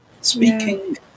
Speaking